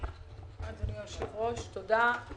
אדוני היושב-ראש, תודה.